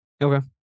Okay